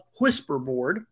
Whisperboard